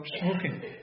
smoking